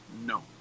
no